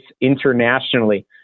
internationally